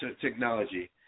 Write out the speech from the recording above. technology